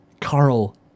Carl